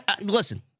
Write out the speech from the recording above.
Listen